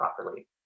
properly